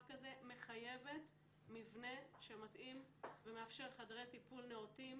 כזה מחייבת מבנה שמתאים ומאפשר חדרי טיפול נאותים.